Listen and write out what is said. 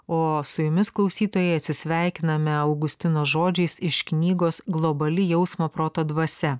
o su jumis klausytojai atsisveikiname augustino žodžiais iš knygos globali jausmo proto dvasia